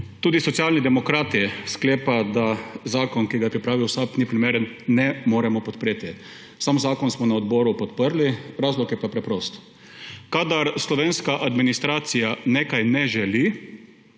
Tudi Socialni demokrati sklepa, da zakon, ki ga je pripravil SAB, ni primeren, ne moremo podpreti. Sam zakon smo na odboru podprli, razlog je pa preprost. Kadar slovenska administracija nečesa ne želi,